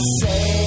say